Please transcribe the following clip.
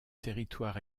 territoire